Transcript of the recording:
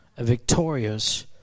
victorious